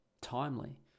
timely